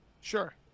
Sure